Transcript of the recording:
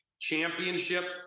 championship